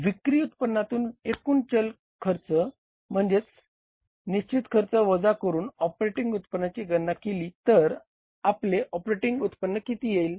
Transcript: विक्री उत्पन्नातून एकूण खर्च म्हणजेच चल खर्च व निशचित खर्च वजा करून ऑपरेटिंग उत्पन्नाची गणना केली तर आपले ऑपरेटिंग उत्पन्न किती येईल